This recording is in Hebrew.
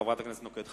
חברת הכנסת נוקד.